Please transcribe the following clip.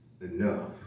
enough